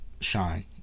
shine